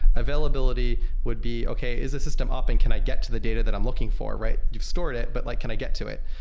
availability would be, okay. is the system up and can i get to the data that i'm looking for? you've stored it, but like can i get to it?